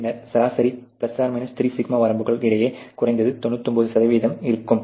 பின்னர் சராசரி ±3σ வரம்புகளுக்கு இடையில் குறைந்தது 99 சதவிகிதம் இருக்கும்